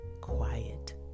quiet